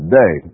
day